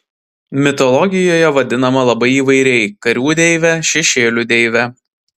mitologijoje vadinama labai įvairiai karių deive šešėlių deive